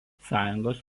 sąjungos